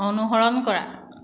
অনুসৰণ কৰা